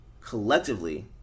collectively –